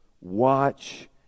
Watch